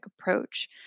approach